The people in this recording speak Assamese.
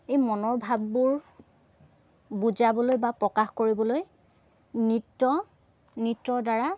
এই মনৰ ভাববোৰ বুজাবলৈ বা প্ৰকাশ কৰিবলৈ নৃত্য নৃত্যৰ দ্বাৰা